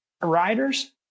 riders